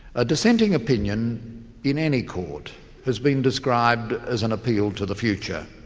a dissenting opinion in any court has been described as an appeal to the future.